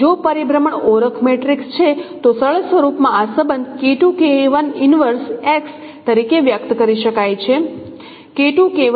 તેથી જો પરિભ્રમણ ઓળખ મેટ્રિક્સ છે તો સરળ સ્વરૂપમાં આ સંબંધ તરીકે વ્યક્ત કરી શકાય છે